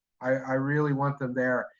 i really want them there.